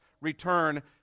return